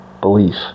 belief